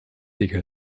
tegen